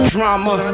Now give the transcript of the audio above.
Drama